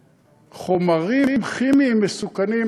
עליהם חומרים כימיים מסוכנים,